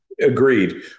Agreed